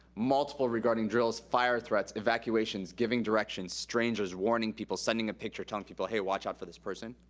multiple regarding drills, fire threats, evacuations, giving directions, strangers. warning people, sending a picture, telling people, hey, watch out for this person.